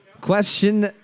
Question